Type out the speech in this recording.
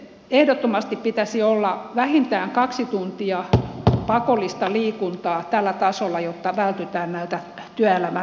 ehdottomasti pitäisi olla vähintään kaksi tuntia pakollista liikuntaa tällä tasolla jotta vältytään näiltä työelämän ongelmilta